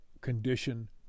condition